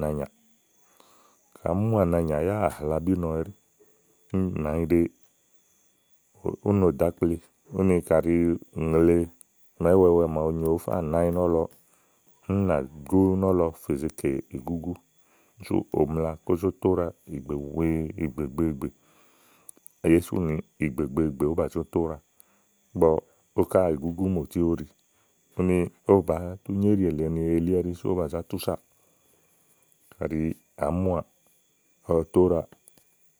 náanyà kaɖi àá muà nàanyà yá àhlabínɔ ɛɖi, súù nànyiɖe ú no ɖò ákple úni kaɖi uŋle màa iwɛ wɛ màaɖu nyo òó fa nàányà nɔ̀lɔ úni ú nà gó nɔ̀lɔ fè ze kè ìgúgú sú ùnla kó zó to úɖà ìgbè wèe gbègbèègbè elí súù ìgbègbèegbè ówó bà zó to úɖà ówo ká ìgúgú mòti ówo ɖi úni ówó bàáá tú nyo íɖì èle ni elí ɛɖí sú ówó bà zá túsàá. kaɖi àá muà kɔ tódà.